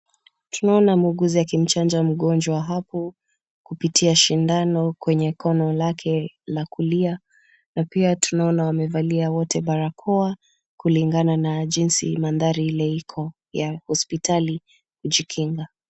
Tunaona muuguzi akimchanjaa mgonjwa hapo kupitia sindano kwenye kono lake la kulia na pia tunaona wamevalia wote barakoa kulingana na jinsi mandhari ile iko ya hospitali kujikinga.